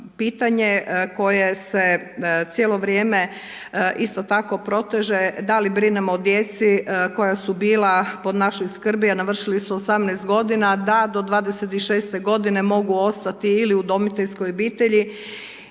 Pitanje koje se cijelo vrijeme isto tako proteže da li brinemo o djeci koja su bila pod našom skrbi, a navršili su 18 godina, da, do 26.-te godine mogu ostati ili u udomiteljskoj obitelji.